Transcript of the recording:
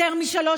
תודה רבה, גברתי.